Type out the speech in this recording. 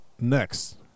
Next